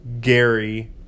Gary